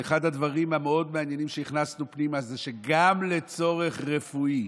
אחד הדברים המאוד-מעניינים שהכנסנו פנימה הוא שגם לצורך רפואי,